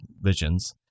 visions